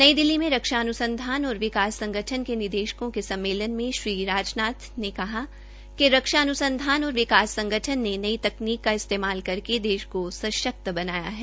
नई दिल्ली में रक्षा अनुसंधान और विकास संगठन डीआरडीओ के निदेशकों के सम्मेलन में श्री राजनाथ्ज्ञ ने कहा कि रक्षा अन्संधान और विकास संगठन ने नई तकनीक का इस्तेमाल करके देश को सशक्त बनाया है